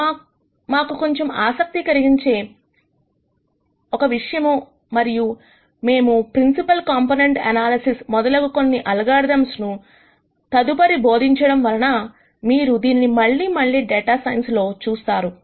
ఇదిమాకు కొంచెం ఆసక్తికరంగా ఉండే ఒక విషయము మరియు మేము ప్రిన్సిపల్ కంపోనెంట్ ఎనాలిసిస్ మొదలగు కొన్ని అల్గోరిథమ్స్ ను తదుపరి బోధించడం వలన మీరు దీనిని మళ్లీ మళ్లీ డేటా సైన్స్ లో చూస్తారు